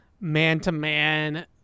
man-to-man